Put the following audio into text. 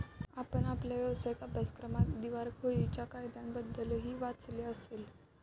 आपण आपल्या व्यावसायिक अभ्यासक्रमात दिवाळखोरीच्या कायद्याबद्दलही वाचले असेल